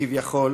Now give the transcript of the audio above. כביכול,